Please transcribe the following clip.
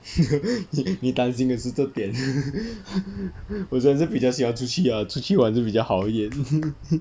你你担心的是这边 我真的是比较喜欢出去 ah 出去玩就比较好一点